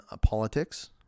politics